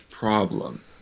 Problem